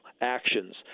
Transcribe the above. actions